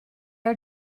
are